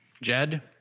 Jed